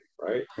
right